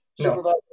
Supervisor